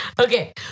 Okay